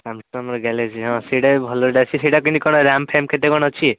ସାମ୍ସଙ୍ଗ୍ର galaxy ହଁ ସେଇଟା ବି ଭଲଟା ସେଇଟା ବି କେମତି କ'ଣ ରାମ୍ ଫାମ୍ କେତେ କ'ଣ ଅଛି